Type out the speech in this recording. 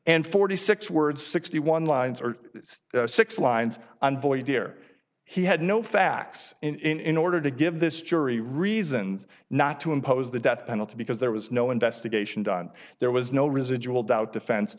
and forty six words sixty one lines or six lines and void where he had no facts in order to give this jury reasons not to impose the death penalty because there was no investigation done there was no residual doubt defen